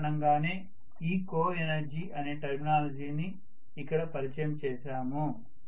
ఈ కారణం గానే ఈ కోఎనర్జీ అనే టెర్మినాలజీని ఇక్కడ పరిచయం చేసాము